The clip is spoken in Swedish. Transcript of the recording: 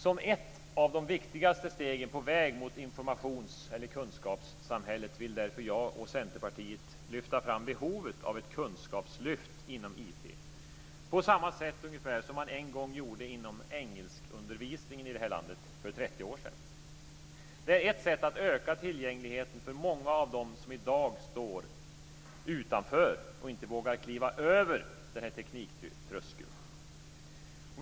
Som ett av de viktigaste stegen på väg mot informations eller kunskapssamhället vill jag och Centerpartiet lyfta fram behovet av ett kunskapslyft inom IT, på samma sätt som man en gång gjorde inom engelskundervisningen i det här landet för 30 år sedan. Det är ett sätt att öka tillgängligheten för många av dem som i dag står utanför och inte vågar kliva över tekniktröskeln.